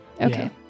Okay